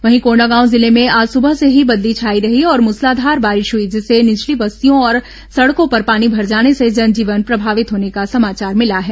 वहीं कोंडागांव जिले में आज सुबह से ही बदली छाई रही और मूसलाधार बारिश हुई जिससे निचली बस्तियों और सड़कों पर पानी भर जाने से जनजीवन प्रभावित होने का समाचार मिला है